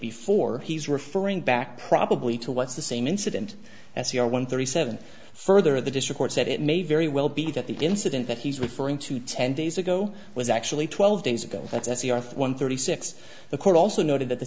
before he's referring back probably to what's the same incident as your one thirty seven further the district said it may very well be that the incident that he's referring to ten days ago was actually twelve days ago that's the earth one thirty six the court also noted that the